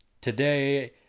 today